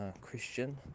Christian